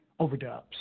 overdubs